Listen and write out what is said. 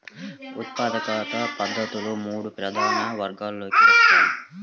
ఉత్పాదక పద్ధతులు మూడు ప్రధాన వర్గాలలోకి వస్తాయి